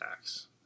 tax